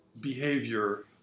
behavior